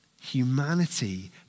Humanity